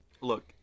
Look